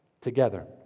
together